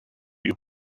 you